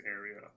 area